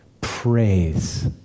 praise